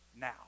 now